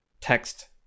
text